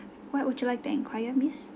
what would you like to enquire miss